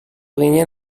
ginen